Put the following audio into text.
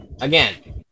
again